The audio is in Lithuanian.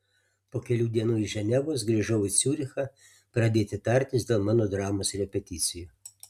po kelių dienų iš ženevos grįžau į ciurichą pradėti tartis dėl mano dramos repeticijų